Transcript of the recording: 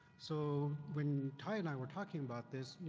so, when ty and i were talking about this, you